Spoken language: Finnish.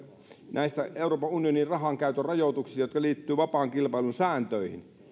näistä euroopan unionin rahankäytön rajoituksista jotka liittyvät vapaan kilpailun sääntöihin